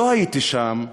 לא הייתי שם.